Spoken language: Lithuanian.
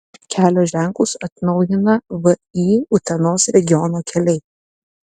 kelio ženklus atnaujina vį utenos regiono keliai